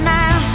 now